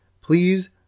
Please